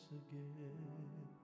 again